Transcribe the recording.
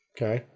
Okay